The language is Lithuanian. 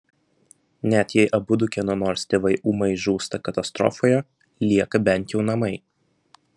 net jei abudu kieno nors tėvai ūmai žūsta katastrofoje lieka bent jau namai